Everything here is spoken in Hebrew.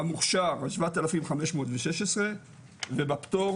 במוכש"ר 7,516 ובפטור